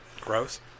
Gross